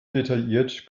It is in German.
detailliert